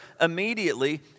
immediately